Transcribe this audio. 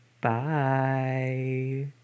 Bye